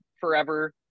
forever